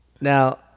Now